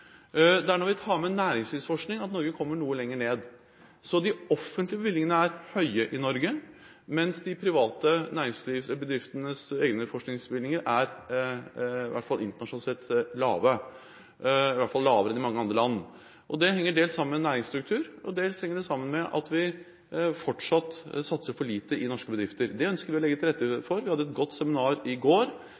er når vi tar med næringslivsforskning, at Norge kommer noe lenger ned. De offentlige bevilgningene er høye i Norge, mens de private næringslivsbedriftenes egne forskningsbevilgninger er internasjonalt sett lave, i hvert fall lavere enn i mange andre land. Det henger dels sammen med næringsstruktur, og dels henger det sammen med at vi fortsatt satser for lite i norske bedrifter. Det ønsker vi å legge til rette for. Vi hadde et godt seminar i går,